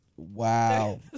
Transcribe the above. Wow